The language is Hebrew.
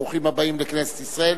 ברוכים הבאים לכנסת ישראל.